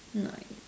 nice